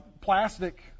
Plastic